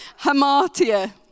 hamartia